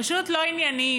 פשוט לא ענייניים,